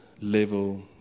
level